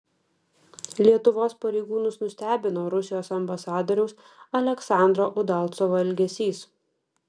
lietuvos pareigūnus nustebino rusijos ambasadoriaus aleksandro udalcovo elgesys